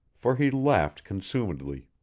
for he laughed consumedly.